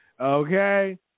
Okay